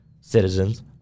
citizens